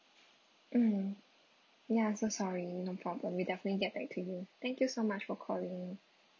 mm ya so sorry no problem we'll definitely get back to you thank you so much for calling